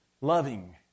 loving